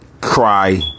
Cry